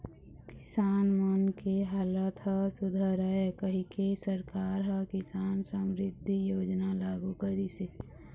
किसान मन के हालत ह सुधरय कहिके सरकार ह किसान समरिद्धि योजना लागू करिस हे